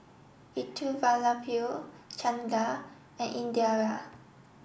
Elattuvalapil Chanda and Indira